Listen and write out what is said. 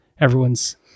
Everyone's